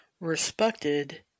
respected